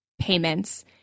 payments